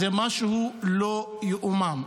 זה משהו לא ייאמן.